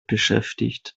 beschäftigt